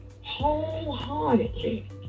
wholeheartedly